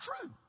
true